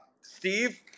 Steve